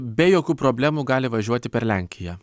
be jokių problemų gali važiuoti per lenkiją